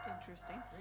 Interesting